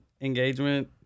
engagement